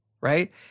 right